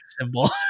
symbol